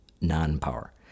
non-power